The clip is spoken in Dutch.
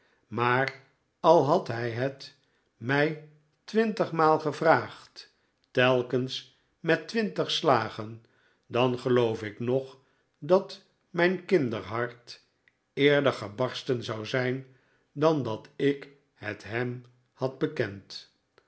maar al had hij het mij twintigmaal gevraagd telkens met twintig slagen dan geloof ik nog dat mijn kinderhart eerder gebarsten zou zijn dan dat ik het hem had bekend